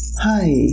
Hi